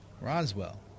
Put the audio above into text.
Roswell